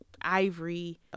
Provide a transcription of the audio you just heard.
ivory